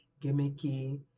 gimmicky